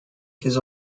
his